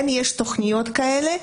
כן יש תכניות כאלה.